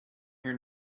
here